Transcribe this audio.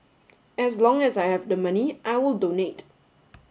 as long as I have the money I will donate